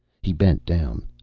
he bent down.